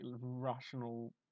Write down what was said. rational